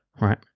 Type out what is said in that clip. right